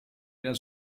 der